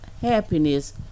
happiness